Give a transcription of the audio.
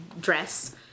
dress